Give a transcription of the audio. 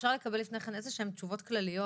אפשר לקבל לפני כן תשובות כלליות